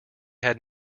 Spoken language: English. had